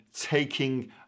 taking